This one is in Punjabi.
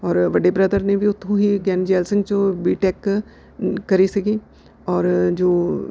ਔਰ ਵੱਡੇ ਬਰਦਰ ਨੇ ਵੀ ਉੱਥੋਂ ਹੀ ਗਿਆਨੀ ਜੈਲ ਸਿੰਘ 'ਚੋਂ ਬੀ ਟੈਕ ਕਰੀ ਸੀਗੀ ਔਰ ਜੋ